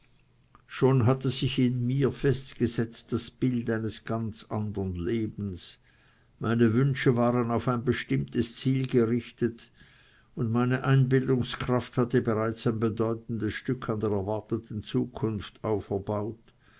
schon hatte sich in mir festgesetzt das bild eines anderen lebens meine wünsche waren auf ein bestimmtes ziel gerichtet und meine einbildungskraft hatte bereits ein bedeutendes stück an der erwarteten zukunft auferbaut